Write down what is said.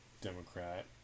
Democrat